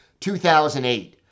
2008